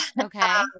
Okay